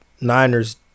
Niners